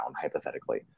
hypothetically